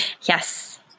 Yes